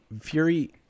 Fury